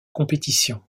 compétition